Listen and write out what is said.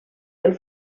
del